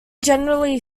generally